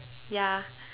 ya